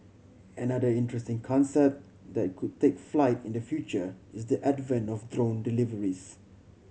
another interesting concept that could take flight in the future is the advent of drone deliveries